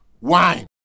wine